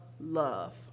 love